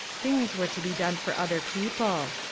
things were to be done for other people.